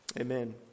Amen